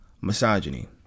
misogyny